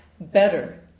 better